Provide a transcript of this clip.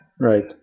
Right